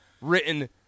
written